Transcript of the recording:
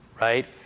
right